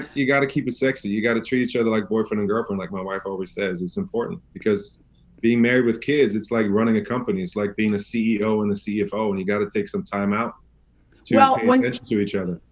you gotta keep it sexy, you gotta treat each other like boyfriend and girlfriend like my wife always says. it's important because being married with kids, it's like running a company. it's like being the ceo and the cfo. and you gotta take some time out to pay attention to each other.